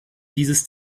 dieses